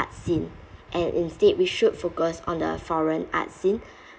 scene and instead we should focus on the foreign arts scene